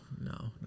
no